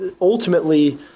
ultimately